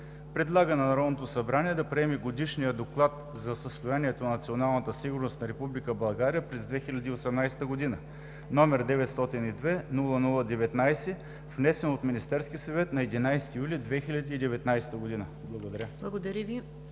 Предлага на Народното събрание да приеме Годишния доклад за състоянието на национална сигурност на Република България през 2018 г., № 902-00-19 , внесен от Министерския съвет на 11 юли 2019 г.“ Благодаря.